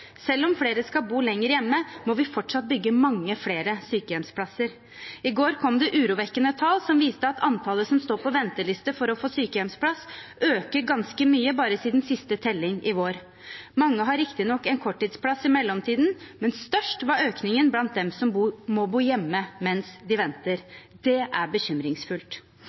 Selv om flere skal bo hjemme lenger, må vi fortsatt bygge mange flere sykehjemsplasser. I går kom det urovekkende tall som viste at antallet som står på venteliste for å få sykehjemsplass, har økt ganske mye bare siden siste telling, i vår. Mange har riktignok en korttidsplass i mellomtiden, men størst var økningen blant dem som må bo hjemme mens de venter. Det er bekymringsfullt.